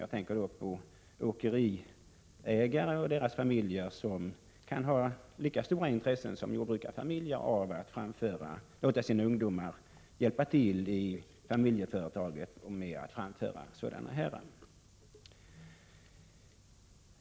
Jag tänker på åkeriägare och deras familjer, som kan ha lika stort intresse som jordbrukarfamiljer av att låta sina ungdomar hjälpa till i familjeföretaget och framföra sådana fordon som det här gäller.